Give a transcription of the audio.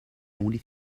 only